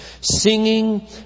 singing